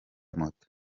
moto